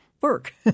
work